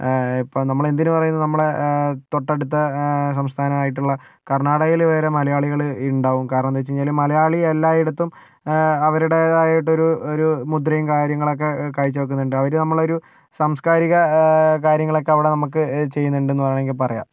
ഇപ്പോൾ നമ്മളെന്തിന് പറയുന്നു നമ്മളുടെ തൊട്ടടുത്ത സംസ്ഥാനായിട്ടുള്ള കർണാടകയില് വരെ മലയാളികള് ഉണ്ടാകും കാരണം എന്താന്ന് വച്ച് കഴിഞ്ഞാല് മലയാളി എല്ലായിടത്തും അവരുടേതായിട്ടൊരു ഒരു മുദ്രയും കാര്യങ്ങളൊക്കേ കാഴ്ച വെക്കുന്നുണ്ട് അവര് നമ്മളൊരു സാംസ്കാരിക കാര്യങ്ങളൊക്കേ അവിടെ നമുക്ക് ചെയ്യുന്നുണ്ട് എന്ന് വേണമെങ്കിൽ പറയാം